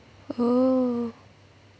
oh